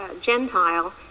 Gentile